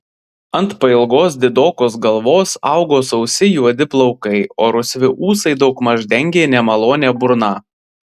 ant pailgos didokos galvos augo sausi juodi plaukai o rusvi ūsai daugmaž dengė nemalonią burną